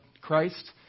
Christ